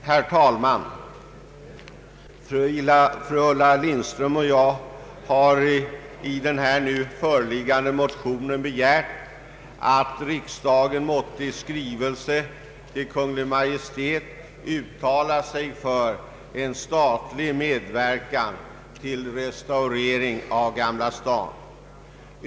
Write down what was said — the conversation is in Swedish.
Herr talman! Fru Ulla Lindström och jag har i den föreliggande motionen begärt att riksdagen måtte i skrivelse till Kungl. Maj:t uttala sig för en statlig medverkan till restaureringen av Gamla Stan.